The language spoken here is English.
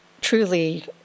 truly